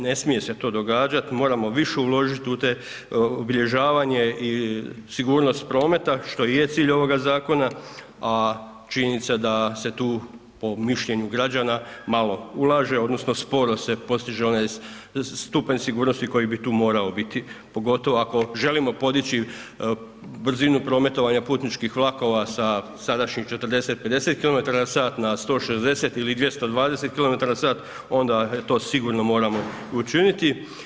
Ne smije se to događati, moramo više uložiti u obilježavanje i sigurnost prometa, što i je cilj ovoga zakona, a činjenica da se tu po mišljenju građana malo ulaže odnosno sporo se postiže onaj stupanj sigurnosti koji bi tu morao biti, pogotovo ako želimo podići brzinu prometovanja putničkih vlakova sa sadašnjih 40, 50 km/h na 160 ili 220 km/h, onda to sigurno moramo i učiniti.